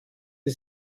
die